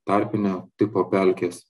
tarpinio tipo pelkės